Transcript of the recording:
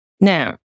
Now